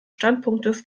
standpunktes